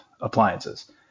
appliances